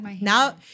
Now